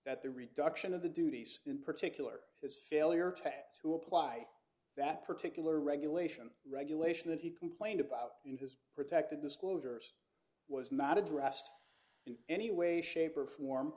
that the reduction of the duties in particular his failure to have to apply that particular regulation regulation that he complained about in his protected disclosures was not addressed in any way shape or form